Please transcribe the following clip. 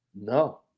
No